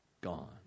gone